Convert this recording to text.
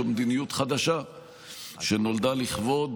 זו מדיניות חדשה שנולדה לכבוד